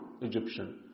Egyptian